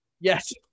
Yes